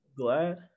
Glad